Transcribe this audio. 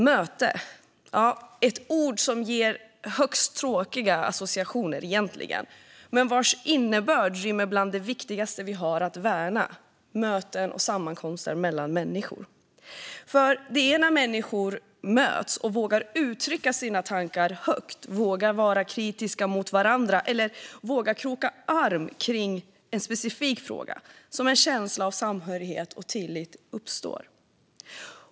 Möte - ett ord som ger högst tråkiga associationer men vars innebörd rymmer bland det viktigaste vi har att värna: möten och sammankomster mellan människor. Det är när människor möts och vågar uttrycka sina tankar högt, vågar vara kritiska mot varandra eller vågar kroka arm i en specifik fråga som en känsla av samhörighet och tillit uppstår.